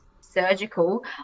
surgical